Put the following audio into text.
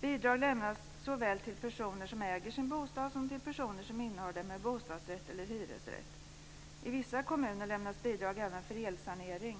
Bidrag lämnas såväl till personer som äger sin bostad som till personer som innehar den med bostadsrätt eller hyresrätt. I vissa kommuner lämnas bidrag även för elsanering.